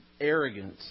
arrogance